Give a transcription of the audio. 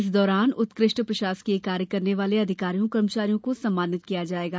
इस दौरान उत्कृष्ट प्रशासकीय कार्य करने वाले अधिकारियों कर्मचरियों को सम्मानित किया जायेगा